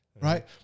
right